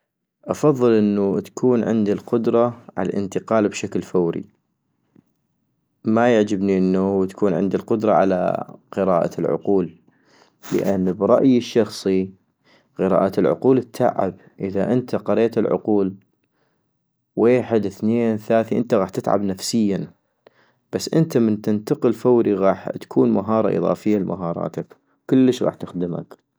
افضل انو تكون عندي القدرة عالانتقال بشكل فوري ، ما يعجبني انو تكون عندي القدرة على قراءة العقول - لان برأيي الشخصي قراءة العقول اتعب ، اذا انت قريت العقول ويحد ثنين ثاثي انت غاح تتعب نفسياً - بس انت من تنتقل بشكل فوري غاح تكون مهارة إضافية لمهاراتك، وكلش غاح تخدمك